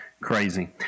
Crazy